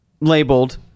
labeled